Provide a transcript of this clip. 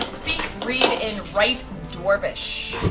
speak, read and write dwarvish.